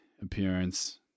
appearance